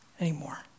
anymore